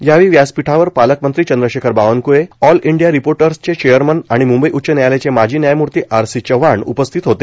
यावेळी व्यासपिठावर पालकमंत्री चंद्रशेखर बावनक्ळेए ऑल इंडिया रिपोटर्सचे चेअरमन आणि मुंबई उच्च न्यायालयाचे माजी न्यायमूर्ती आरण् सीण् चव्हाण उपस्थित होते